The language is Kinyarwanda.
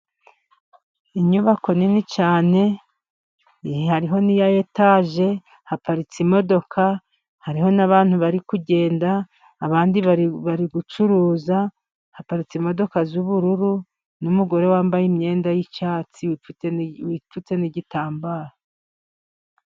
inyubako nini cyane，hariho n'iya etaje，haparitse imodoka， hariho n'abantu bari kugenda abandi bari gucuruza， haparitse imodoka z'ubururu， n'umugore wambaye imyenda y'icyatsi，wipfutse n'igitambaro.